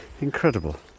Incredible